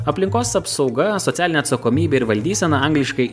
aplinkos apsauga socialinė atsakomybė ir valdysena angliškai